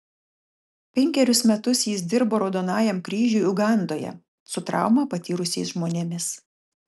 penkerius metus jis dirbo raudonajam kryžiui ugandoje su traumą patyrusiais žmonėmis